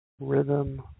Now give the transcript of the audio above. rhythm